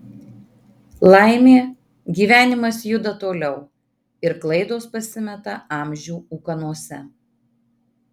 laimė gyvenimas juda toliau ir klaidos pasimeta amžių ūkanose